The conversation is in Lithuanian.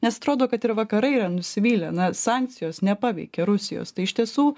nes atrodo kad ir vakarai yra nusivylę na sankcijos nepaveikė rusijos tai iš tiesų